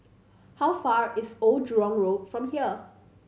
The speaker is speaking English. how far away is Old Jurong Road from here